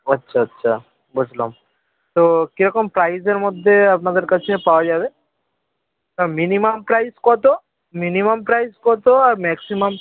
আচ্ছা আচ্ছা বুঝলাম তো কীরকম প্রাইসের মধ্যে আপনাদের কাছে পাওয়া যাবে না মিনিমাম প্রাইস কত মিনিমাম প্রাইস কত আর ম্যাক্সিমাম